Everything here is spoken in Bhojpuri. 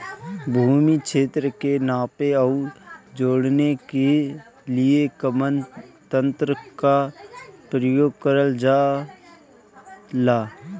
भूमि क्षेत्र के नापे आउर जोड़ने के लिए कवन तंत्र का प्रयोग करल जा ला?